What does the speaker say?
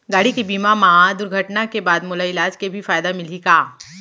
गाड़ी के बीमा मा दुर्घटना के बाद मोला इलाज के भी फायदा मिलही का?